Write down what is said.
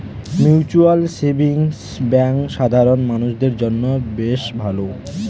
mutual savings bank সাধারণ মানুষদের জন্য বেশ ভালো